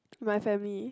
my family